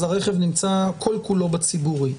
אז הרכב נמצא כול כולו בציבורי.